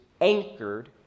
anchored